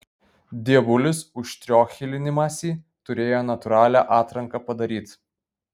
dievulis už triochlinimąsi turėjo natūralią atranką padaryt